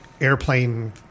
airplane